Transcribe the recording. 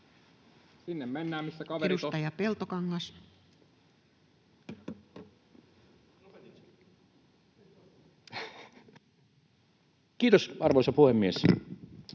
Kiitos, arvoisa puhemies!